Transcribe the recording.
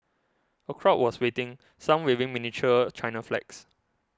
a crowd was waiting some waving miniature China flags